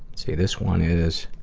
see, this one is